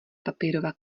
papírová